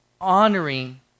honoring